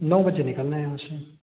नौ बजे निकलना है यहाँ से